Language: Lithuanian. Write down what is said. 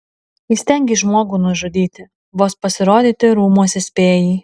įstengei žmogų nužudyti vos pasirodyti rūmuose spėjai